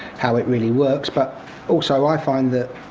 how it really works. but also i find that